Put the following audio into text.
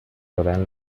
rodean